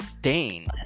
Dane